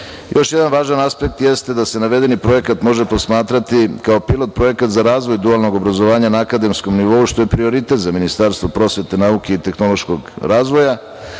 jedan važan aspekt jeste da se navedeni projekat može posmatrati kao pilot projekat za razvoj dualnog obrazovanja na akademskom nivou, što je prioritet za Ministarstvo prosvete, nauke i tehnološkog razvoja,